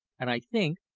and, i think,